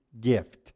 gift